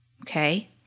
Okay